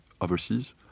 overseas